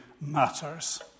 matters